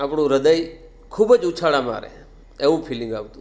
આપણું હ્રદય ખૂબ જ ઉછાળા મારે એવું ફિલિંગ આવતું